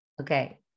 Okay